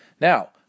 Now